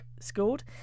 scored